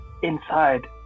Inside